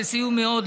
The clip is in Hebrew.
שסייעו מאוד,